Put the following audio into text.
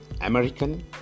American